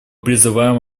призываем